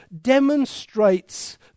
demonstrates